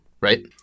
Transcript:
right